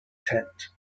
tent